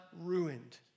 ruined